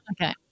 Okay